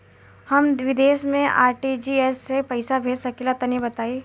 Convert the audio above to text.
हम विदेस मे आर.टी.जी.एस से पईसा भेज सकिला तनि बताई?